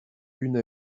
une